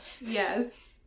Yes